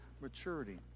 maturity